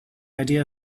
idea